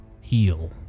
heal